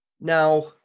Now